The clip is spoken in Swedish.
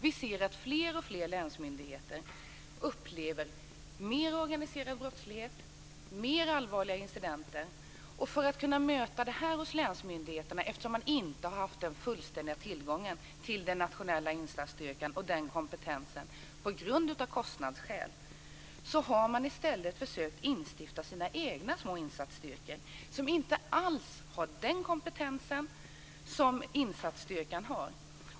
Vi ser att fler och fler länsmyndigheter upplever mer organiserad brottslighet och fler allvarliga incidenter. För att kunna möta detta har länsmyndigheterna försökt skapa sina egna små insatsstyrkor, eftersom man av kostnadsskäl inte har haft fullständig tillgång till den nationella insatsstyrkan och dess kompetens. De små styrkorna har inte alls den kompetens som insatsstyrkan har.